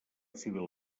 civil